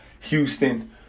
Houston